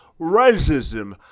racism